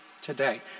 today